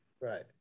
Right